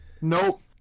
Nope